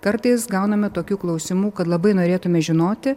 kartais gauname tokių klausimų kad labai norėtume žinoti